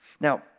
Now